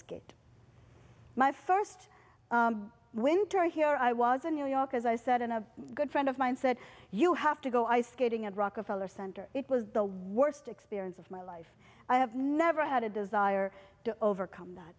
skate my first winter here i was in new york as i said in a good friend of mine said you have to go ice skating at rockefeller center it was the worst experience of my life i have never had a desire to overcome that